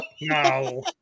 No